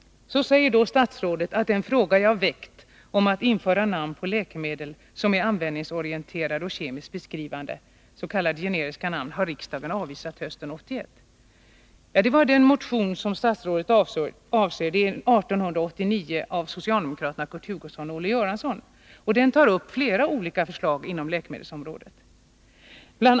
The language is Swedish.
Statsrådet säger att den fråga jag väckt om att införa namn på läkemedel som är användningsorienterade och kemiskt beskrivande, s.k. generiska namn, har riksdagen avvisat hösten 1981. Den motion statsrådet avser är motion 1889 av socialdemokraterna Kurt Hugosson och Olle Göransson. Den tar upp flera olika förslag inom läkemedelsområdet. Bl.